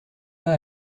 pas